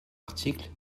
article